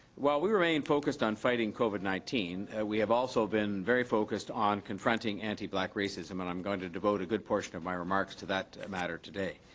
while we remain focused on fighting covid nineteen, we have also been very focused on confronting anti black racism and i'm going to devote a good portion of my remarks to that matter today.